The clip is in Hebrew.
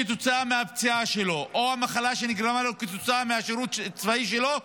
כתוצאה מהפציעה שלו או המחלה שנגרמה לו כתוצאה מהשירות הצבאי שלו,